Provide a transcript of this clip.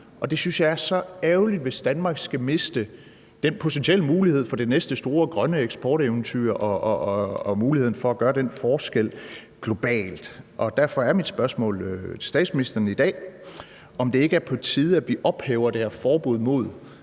det er så ærgerligt, hvis Danmark skal miste den potentielle mulighed for det næste store grønne eksporteventyr og muligheden for at gøre den forskel globalt. Derfor er mit spørgsmål til statsministeren i dag, om det ikke er på tide, at vi ophæver det her forbud mod